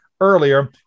earlier